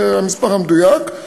זה המספר המדויק.